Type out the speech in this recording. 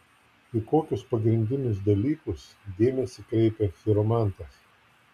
į kokius pagrindinius dalykus dėmesį kreipia chiromantas